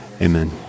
Amen